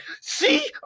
See